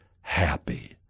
happy